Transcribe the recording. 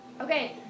okay